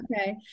okay